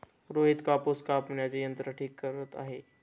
रोहित कापूस कापण्याचे यंत्र ठीक करत आहे